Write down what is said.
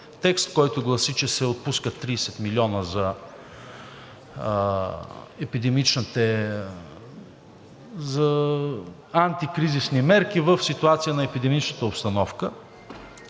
текст, който гласи, че се отпускат 30 милиона за антикризисни мерки в ситуация на епидемична обстановка.